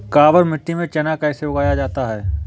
काबर मिट्टी में चना कैसे उगाया जाता है?